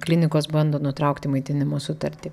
klinikos bando nutraukti maitinimo sutartį